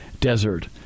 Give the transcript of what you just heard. desert